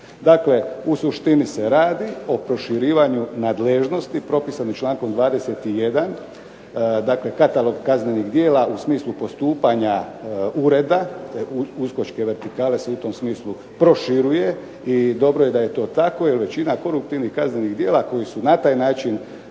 Dakle, u suštini se radi o proširivanju nadležnosti propisanih člankom 21. dakle katalog kaznenih djela u smislu postupanja ureda uskočke vertikale se u tom smislu proširuje i dobro je da je tako, jer većina koruptivnih kaznenih djela koji su na taj način